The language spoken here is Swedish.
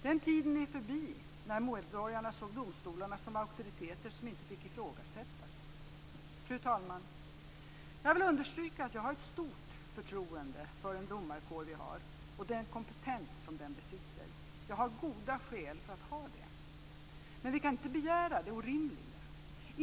Den tiden är förbi när medborgarna såg domstolarna som auktoriteter som inte fick ifrågasättas. Fru talman! Jag vill understryka att jag har ett stort förtroende för den domarkår vi har och den kompetens som den besitter. Jag har goda skäl för att ha det. Men vi kan inte begära det orimliga.